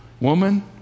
Woman